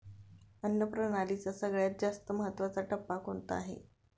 अन्न प्रणालीचा सगळ्यात जास्त महत्वाचा टप्पा कोणता आहे?